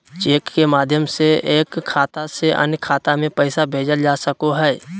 cheque के माध्यम से एक खाता से अन्य खाता में पैसा भेजल जा सको हय